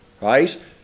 Right